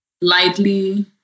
lightly